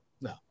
no